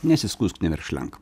nesiskųsk neverkšlenk